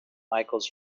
michaels